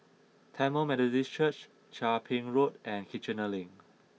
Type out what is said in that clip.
Tamil Methodist Church Chia Ping Road and Kiichener Link